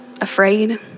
afraid